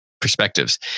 perspectives